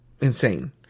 insane